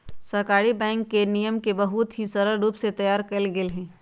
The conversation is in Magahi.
सहकारी बैंक के नियम के बहुत ही सरल रूप से तैयार कइल गैले हई